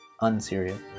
unserious